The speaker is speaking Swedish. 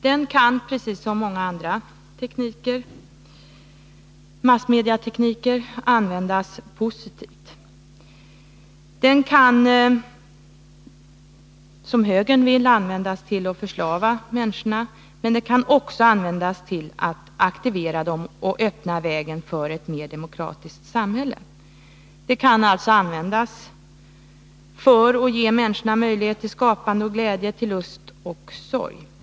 Den kan som många andra massmediatekniker användas positivt. Den kan, som högern vill, användas till att förslava människorna men den kan också användas till att aktivera dem och öppna vägen för ett mer demokratiskt samhälle. Den kan användas för att ge människorna möjlighet till skapande och glädje, till lust och sorg.